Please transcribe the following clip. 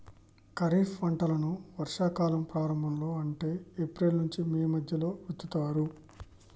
ఖరీఫ్ పంటలను వర్షా కాలం ప్రారంభం లో అంటే ఏప్రిల్ నుంచి మే మధ్యలో విత్తుతరు